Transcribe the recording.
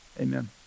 Amen